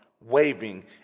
waving